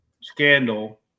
scandal